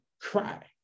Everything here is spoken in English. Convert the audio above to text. cry